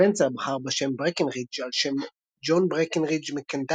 ספנסר בחר בשם "ברקינרידג'" על שם ג'ון ברקינרידג' מקנטקי,